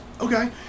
Okay